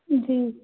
جی